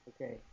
okay